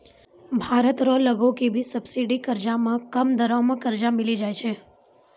भारत रो लगो के भी सब्सिडी कर्जा मे कम दरो मे कर्जा मिली जाय छै